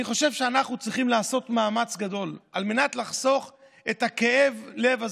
אני חושב שאנחנו צריכים לעשות מאמץ גדול על מנת לחסוך את כאב הלב הזה,